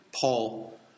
Paul